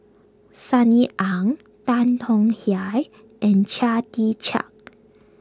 Sunny Ang Tan Tong Hye and Chia Tee Chiak